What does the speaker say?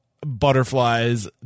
butterflies